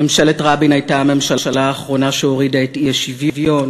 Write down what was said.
ממשלת רבין הייתה הממשלה האחרונה שהורידה את האי-שוויון.